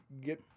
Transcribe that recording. get